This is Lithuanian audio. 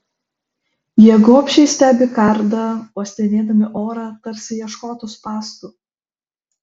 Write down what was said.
jie gobšiai stebi kardą uostinėdami orą tarsi ieškotų spąstų